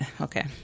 Okay